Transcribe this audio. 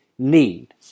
need